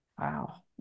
wow